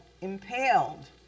impaled